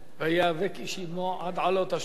"ויאבק איש עמו עד עלות השחר".